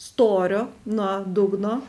storio nuo dugno